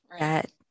Right